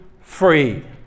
free